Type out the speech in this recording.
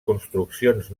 construccions